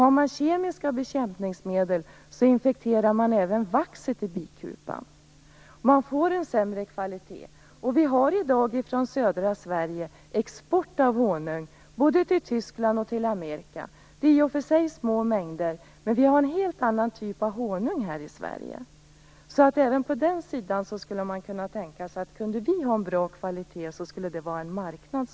Används kemiska bekämpningsmedel infekteras även vaxet i bikupan. Det blir sämre kvalitet. Från södra Sverige förekommer i dag export av honung både till Tyskland och till Amerika. I och för sig handlar det om små mängder, men vi har en helt annan typ av honung här i Sverige. Även på den sidan skulle man nog kunna tänka sig att en bra kvalitet här så småningom skulle bli en marknad.